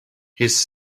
his